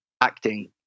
Acting